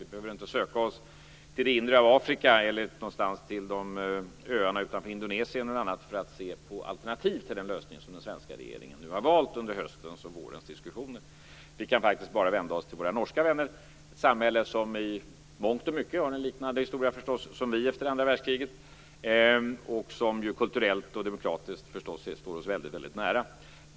Vi behöver inte söka oss till det inre av Afrika eller till öarna utanför Indonesien någonstans för att se på alternativ till den lösning som den svenska regeringen har valt under höstens och vårens diskussioner. Vi behöver faktiskt bara vända oss till våra norska vänner, till ett samhälle som i mångt och mycket har en liknande historia som vi efter andra världskriget. De står oss ju också kulturellt och demokratiskt väldigt nära.